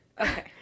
Okay